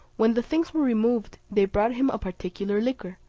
when the things were removed, they brought him a particular liquor,